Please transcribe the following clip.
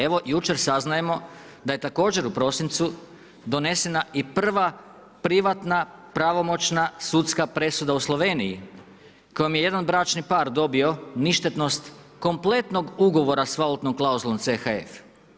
Evo jučer saznajemo da je također u prosincu donesena i prva privatna pravomoćna sudska presuda u Sloveniji kojom je jedan bračni par dobio ništetnost kompletnog ugovora sa valutnom klauzulom CHF.